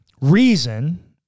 reason